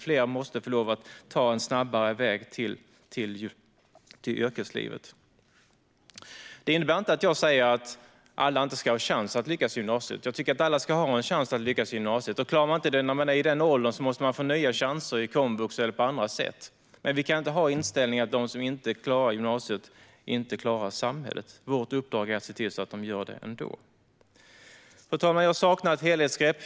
Fler måste få lov att ta en snabbare väg till yrkeslivet. Det innebär inte att jag säger att alla inte ska ha en chans att lyckas i gymnasiet. Jag tycker att alla ska ha en chans att lyckas i gymnasiet. Klarar man det inte när man är i den åldern måste man få nya chanser på komvux eller på andra sätt. Men vi kan inte ha inställningen att de som inte klarar gymnasiet inte klarar sig i samhället. Vårt uppdrag är att se till att de gör det ändå. Fru talman! Jag saknar ett helhetsgrepp.